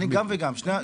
גם וגם.